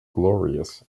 glorious